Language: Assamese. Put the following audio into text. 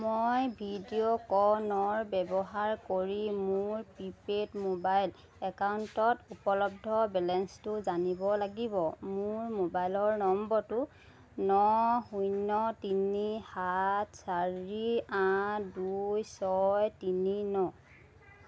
মই ভিডিঅ' ক নৰ ব্যৱহাৰ কৰি মোৰ প্ৰিপেইড মোবাইল একাউণ্টত উপলব্ধ বেলেঞ্চটো জানিব লাগিব মোৰ মোবাইলৰ নম্বৰটো ন শূন্য় তিনি সাত চাৰি আঠ দুই ছয় তিনি ন